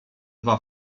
dwa